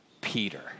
Peter